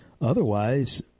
otherwise